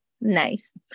nice